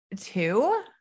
two